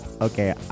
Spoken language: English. Okay